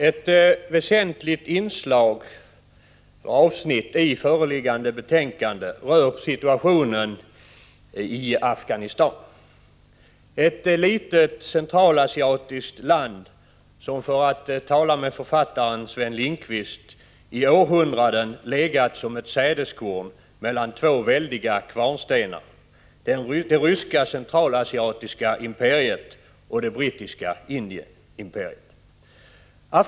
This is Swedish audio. Herr talman! Ett väsentligt avsnitt i föreliggande betänkande rör situationen i Afghanistan, ett litet centralasiatiskt land som, för att tala som författaren Sven Lindqvist, i århundraden har legat som ett sädeskorn mellan två väldiga kvarnstenar — det ryska centralasiatiska imperiet och det brittiska Indienimperiet.